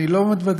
אני לא מתבדח,